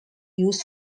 used